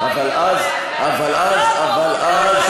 אבל אז --- זה באגף ההוא.